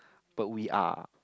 but we are